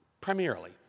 Primarily